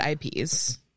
IPs